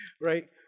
Right